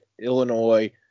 Illinois